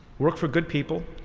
work for good people,